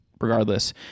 regardless